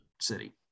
City